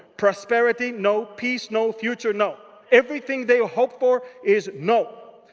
prosperity? no. peace? no. future? no. everything they ah hoped for is no.